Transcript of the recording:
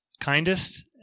kindest